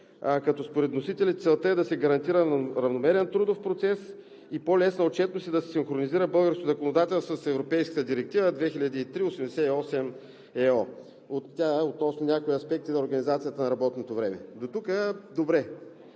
като според вносителите целта е да се гарантира равномерен трудов процес и по-лесна отчетност и да се синхронизира българското законодателство с Европейската директива 2003/88/ЕО относно някои аспекти на организацията на работното време. Дотук добре.